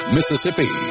Mississippi